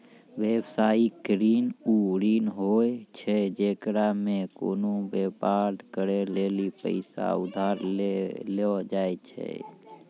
व्यवसायिक ऋण उ ऋण होय छै जेकरा मे कोनो व्यापार करै लेली पैसा उधार लेलो जाय छै